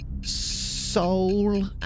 Soul